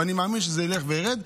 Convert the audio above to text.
ואני מאמין שזה ילך וירד.